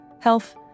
health